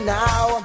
now